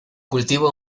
cultiva